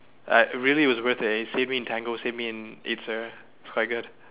uh really it was worth it it saved me in tango it saved me in eight sir it's quite good